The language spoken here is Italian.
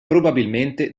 probabilmente